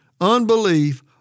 unbelief